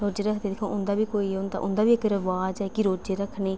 रोजे रखदे दिक्खो हा उंदा बी कोई होंदा उंदा बी इक रवाज ऐ कि रोजे रक्खने